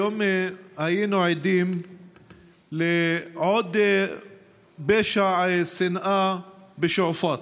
היום היינו עדים לעוד פשע שנאה בשועפאט.